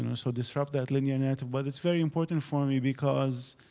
and so disrupt that linear narrative, but it's very important for me because,